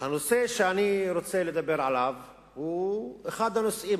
הנושא שאני רוצה לדבר עליו הוא אחד הנושאים,